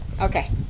Okay